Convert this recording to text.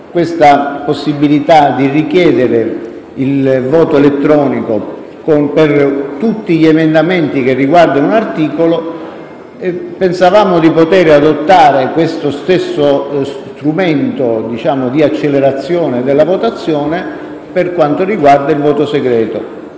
la possibilità di richiedere il voto elettronico per tutti gli emendamenti che riguardano un articolo, pensavamo di poter adottare questo stesso strumento di accelerazione della votazione per quanto riguarda il voto segreto.